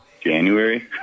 January